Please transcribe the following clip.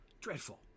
Dreadful